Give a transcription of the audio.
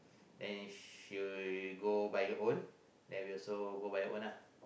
then you should go by your own and we also go by your own lah